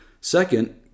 Second